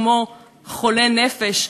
כמו "חולה נפש",